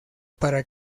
para